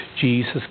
Jesus